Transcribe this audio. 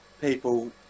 people